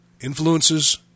influences